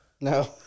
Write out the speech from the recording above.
No